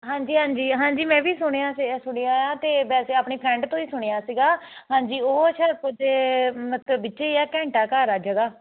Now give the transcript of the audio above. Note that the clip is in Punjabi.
ਹਾਂਜੀ ਹਾਂਜੀ ਹਾਂਜੀ ਮੈਂ ਵੀ ਸੁਣਿਆ ਸ ਸੁਣਿਆ ਅਤੇ ਵੈਸੇ ਆਪਣੀ ਫਰੈਂਡ ਤੋਂ ਹੀ ਸੁਣਿਆ ਸੀਗਾ ਹਾਂਜੀ ਉਹ ਅੱਛਾ ਕੁਝ ਮਤਲਬ ਵਿੱਚੇ ਆ ਘੰਟਾ ਘਰ ਆ ਜਗ੍ਹਾ